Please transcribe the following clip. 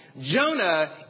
Jonah